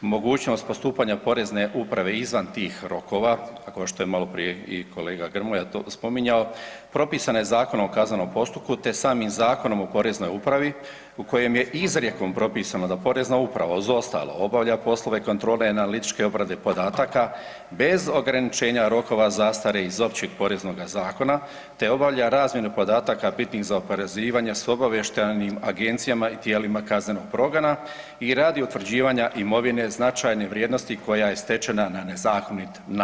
mogućnost postupanja Porezne uprave izvan tih rokova, a kao što je maloprije i kolega Grmoja spominjao, propisana je Zakonom o kaznenom postupku te samim Zakonom o Poreznoj upravi u kojem je izrijekom propisano da Porezna uprava uz ostalo obavlja poslove kontrole analitičke obrade podataka bez ograničenja rokova zastare iz Opće poreznoga zakona te obavlja razmjenu podataka bitnih za oporezivanje s obavještajnim agencijama i tijelima kaznenog progona i radi utvrđivanja imovine značajne vrijednosti koja je stečena na nezakonit način.